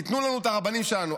ייתנו לנו את הרבנים שלנו.